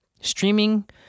Streaming